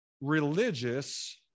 religious